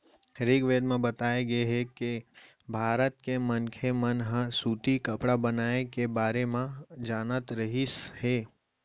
ऋगवेद म बताए गे हे के भारत के मनखे मन ह सूती कपड़ा बनाए के बारे म जानत रहिस हे